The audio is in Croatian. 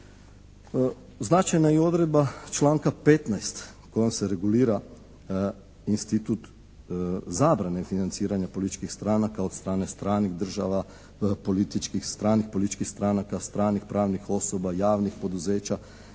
Značajna je i odredba članka 15. kojom se regulira institut zabrane financiranja političkih stranaka od strane stranih država, političkih stranih političkih stranaka, stranih pravnih osoba, javnih poduzeća